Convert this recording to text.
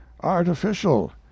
artificial